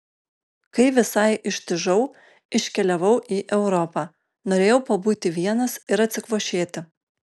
kai visai ištižau iškeliavau į europą norėjau pabūti vienas ir atsikvošėti